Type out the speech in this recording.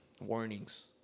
warnings